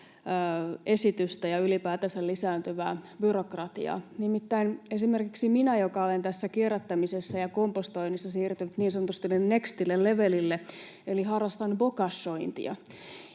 ja ylipäätänsä lisääntyvää byrokratiaa. Nimittäin esimerkiksi minä olen tässä kierrättämisessä ja kompostoinnissa siirtynyt niin sanotusti nextille levelille eli harrastan bokashointia,